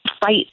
fight